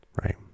right